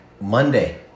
Monday